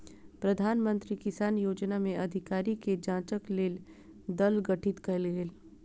प्रधान मंत्री किसान योजना में अधिकारी के जांचक लेल दल गठित कयल गेल